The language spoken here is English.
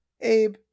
Abe